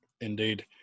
Indeed